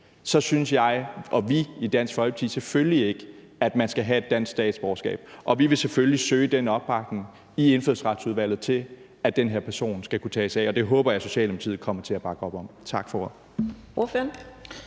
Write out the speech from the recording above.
så synes jeg og vi i Dansk Folkeparti selvfølgelig ikke, at man skal have dansk statsborgerskab. Vi vil selvfølgelig søge opbakning i Indfødsretsudvalget til, at den her person skal kunne tages af, og det håber jeg Socialdemokratiet kommer til at bakke op om. Tak for ordet.